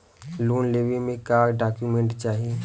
Loan लेवे मे का डॉक्यूमेंट चाही?